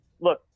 look